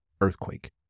earthquake